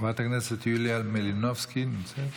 חברת הכנסת יוליה מלינובסקי, לא נמצאת,